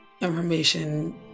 information